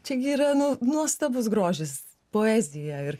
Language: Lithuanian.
čia gi yra nu nuostabus grožis poezija ir